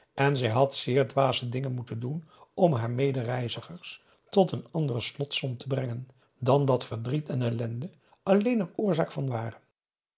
en zij had zeer dwaze dingen moeten doen om haar medereizigers tot een andere slotsom te brengen dan dat verdriet en ellende alleen er oorzaak van waren